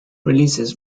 releases